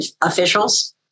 officials